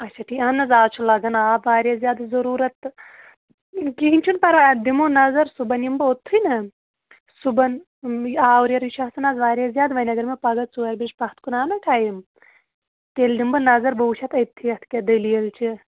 اچھا ٹھیٖک اہن حظ آز چھُ لَگن آب واریاہ زیادٕ ضُروٗرت تہٕ کِہیٖنۍ چھُنہٕ پَرواے اَتھ دِمو نَظر صُبحن یِمہٕ بہٕ اوٚتھٕے نا صُبحن آوریرٕے چھُ آسَن آز واریاہ زیادٕ وۄنۍ اگر مےٚ پَگاہ ژورِ بَجہِ پَتھ کُن آو نا ٹایِم تیٚلہِ دِمہٕ بہٕ نظر بہٕ وٕچھتھ أتھی اَتھ کیٛاہ دٔلیٖل چھِ